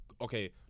okay